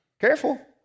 Careful